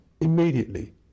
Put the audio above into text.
immediately